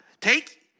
Take